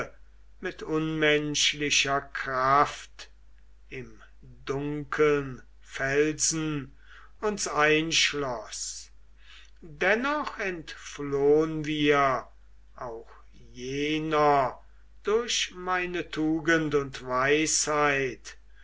mit unmenschlicher kraft im dunkeln felsen uns einschloß dennoch entflohn wir auch jener durch meine tugend und weisheit